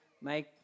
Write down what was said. make